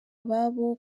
ababo